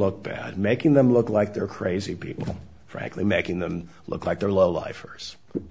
look bad making them look like they're crazy people frankly making them look like their low life or